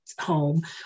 home